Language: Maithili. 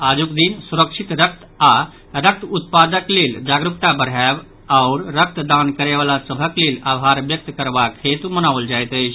आजुक दिन सुरक्षित रक्त आओर रक्त उत्पादक लेल जागरूकता बढ़ायब आओर रक्त दान करयवला सभक लेल आभार व्यक्त करबाक हेतु मनाओल जायत अछि